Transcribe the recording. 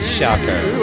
Shocker